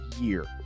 year